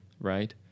right